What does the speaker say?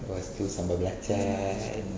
lepas tu sambal belacan